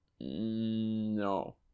No